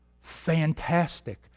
fantastic